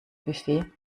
buffet